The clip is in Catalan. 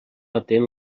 atent